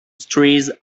trees